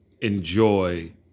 enjoy